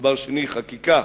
דבר שני, חקיקה,